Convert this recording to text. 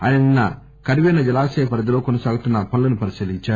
ఆయన నిన్న కర్వెన జలాశయ పరిధిలో కొనసాగుతున్న పనులను పరిశీలించారు